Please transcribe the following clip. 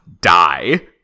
die